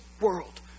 world